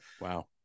Wow